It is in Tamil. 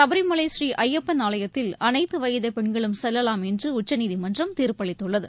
சபரிமலை ஸ்ரீ ஐயப்பன் ஆலயத்தில் அனைத்து வயது பெண்களும் செல்லலாம் என்று உச்சநீதிமன்றம் தீர்ப்பளித்துள்ளது